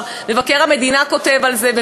ומבקר המדינה כבר כותב על זה,